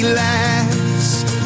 last